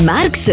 Marx